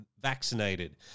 vaccinated